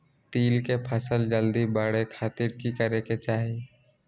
तिल के फसल जल्दी बड़े खातिर की करे के चाही?